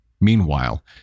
Meanwhile